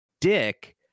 dick